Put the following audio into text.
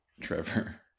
trevor